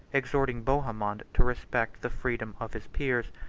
exhorting bohemond to respect the freedom of his peers,